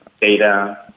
data